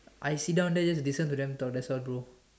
I sit down there just to listen to them talk that's all bro